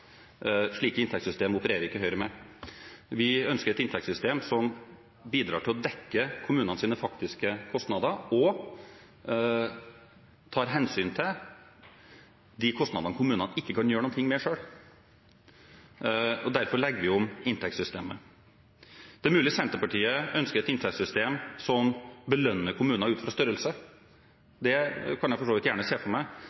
Slike inntektssystem opererer ikke Høyre med. Vi ønsker et inntektssystem som bidrar til å dekke kommunenes faktiske kostnader og tar hensyn til de kostnadene kommunene ikke kan gjøre noe med selv. Derfor legger vi om inntektssystemet. Det er mulig Senterpartiet ønsker et inntektssystem som belønner kommuner ut fra størrelse. Det kan jeg for så vidt gjerne se for meg,